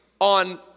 on